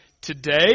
today